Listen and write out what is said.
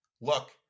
Look